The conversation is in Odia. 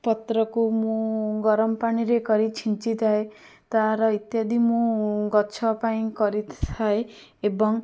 ପତ୍ରକୁ ମୁଁ ଗରମ ପାଣିରେ କରି ଛିଞ୍ଚିଥାଏ ତା'ର ଇତ୍ୟାଦି ମୁଁ ଗଛ ପାଇଁ କରି ଥାଏ ଏବଂ